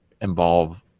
involve